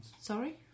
Sorry